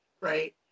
right